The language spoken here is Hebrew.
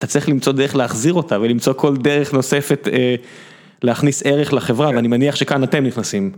אתה צריך למצוא דרך להחזיר אותה ולמצוא כל דרך נוספת להכניס ערך לחברה ואני מניח שכאן אתם נכנסים.